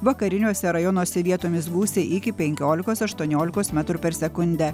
vakariniuose rajonuose vietomis gūsiai iki penkiolikos aštuoniolikos metrų per sekundę